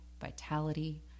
vitality